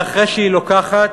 ואחרי שהיא לוקחת,